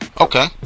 Okay